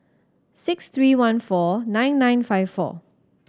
six three one four nine nine five four